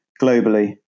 globally